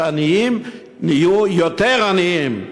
העניים נהיו יותר עניים.